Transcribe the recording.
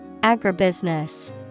Agribusiness